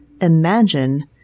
Imagine